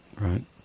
right